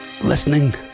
listening